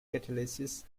catalysis